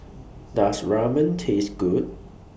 Does Ramen Taste Good